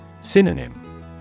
Synonym